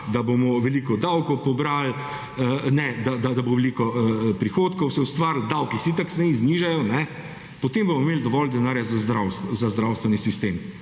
da bomo veliko davkov pobrali, ne, da bo veliko prihodkov se ustvarilo, davki se tak znižajo, potem bomo imeli dovolj denarja za zdravstveni sistem,